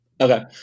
Okay